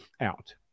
out